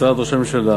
משרד ראש הממשלה,